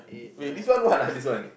wait this one what ah this one